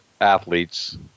athletes